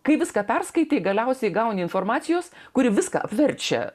kai viską perskaitei galiausiai gauni informacijos kuri viską apverčia